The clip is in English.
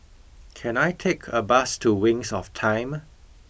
can I take a bus to Wings of Time